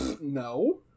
No